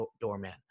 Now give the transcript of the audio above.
doorman